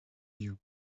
you